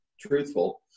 truthful